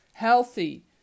healthy